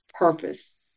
purpose